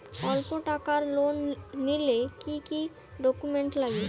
অল্প টাকার লোন নিলে কি কি ডকুমেন্ট লাগে?